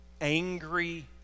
angry